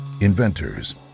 inventors